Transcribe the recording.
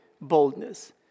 Boldness